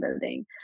building